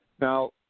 Now